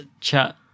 chat